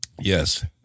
Yes